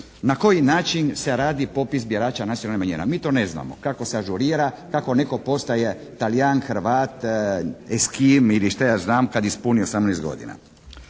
na koji način se radi popis birača o nacionalnim manjinama. Mi to ne znamo kako se ažurira, kako netko postaje Talijan, Hrvat, Eskim ili šta ja znam, kada ispuni 18 godina.